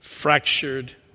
fractured